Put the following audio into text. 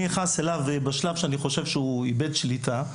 אני נכנס אליו בשלב שאני חושב שהוא איבד שליטה.